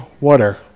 water